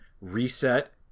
Reset